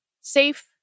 Safe